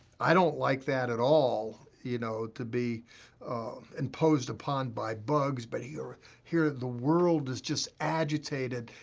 i don't like that at all, you know, to be imposed upon by bugs, but here here the world is just agitated,